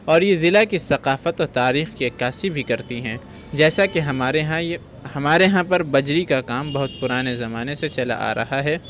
اور یہ ضلع کی ثقافت اور تاریخ کی عکاسی بھی کرتی ہیں جیسا کہ ہمارے یہاں یہ ہمارے یہاں پر بجری کا کام بہت پرانے زمانے سے چلا آ رہا ہے